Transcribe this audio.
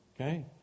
Okay